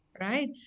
right